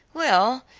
well,